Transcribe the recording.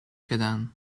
gedaan